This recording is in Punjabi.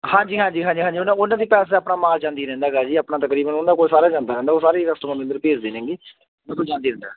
ਹਾਂਜੀ ਹਾਂਜੀ ਹਾਂਜੀ ਹਾਂਜੀ ਉਹਨਾਂ ਦੇ ਤਾਂ ਆਪਣਾ ਮਾਲ ਜਾਂਦਾ ਹੀ ਰਹਿੰਦਾ ਹੈਗਾ ਜੀ ਆਪਣਾ ਤਕਰੀਬਨ ਉਹਨਾਂ ਕੋਲ ਸਾਰਾ ਜਾਂਦਾ ਰਹਿੰਦਾ ਉਹ ਸਾਰੀ ਕਸਟਮਰ ਭੇਜਦੇ ਨੇਗੇ ਬਿਲਕੁਲ ਜਾਂਦੀ ਹੁੰਦਾ